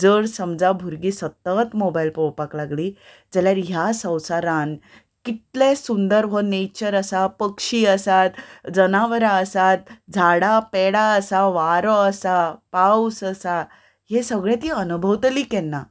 जर समजा भुरगीं सतत मोबायल पळोवपाक लागलीं जाल्यार ह्या संवसारान कितले सुंदर हो नेचर आसा पक्षी आसात जनावरां आसात झाडां पेडां आसा वारो आसा पावस आसा हें सगलें तीं अनुभवतली केन्ना